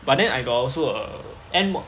but then I got also err end mod